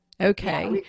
Okay